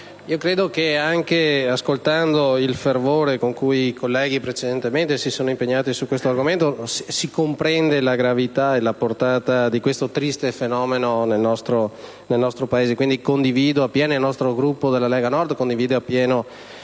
credo che, anche ascoltando il fervore con cui i colleghi precedentemente si sono impegnati su questo argomento, si comprendano la gravità e la portata di questo triste fenomeno nel nostro Paese. Il Gruppo Lega Nord condivide appieno